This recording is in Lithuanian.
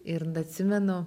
ir atsimenu